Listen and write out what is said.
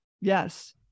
Yes